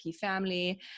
family